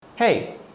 hey